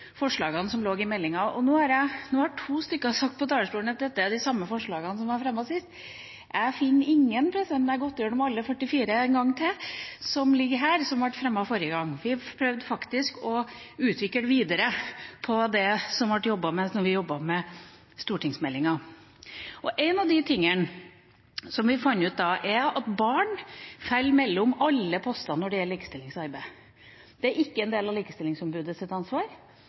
forslagene som lå i meldinga, og nå har to stykker sagt på talerstolen at dette er de samme forslagene som var fremmet sist. Jeg finner ingen, når jeg har gått gjennom alle 44 som ligger her, en gang til, som ble fremmet forrige gang. Vi prøvde faktisk å utvikle videre det som ble jobbet med da vi jobbet med stortingsmeldinga. En av de tingene som vi fant ut da, er at barn faller mellom alle poster når det gjelder likestillingsarbeid. Det er ikke en del av likestillingsombudets ansvar, og det er ikke en del av barneombudets ansvar.